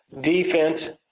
defense